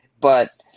but